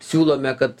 siūlome kad